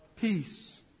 peace